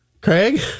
Craig